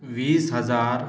वीस हजार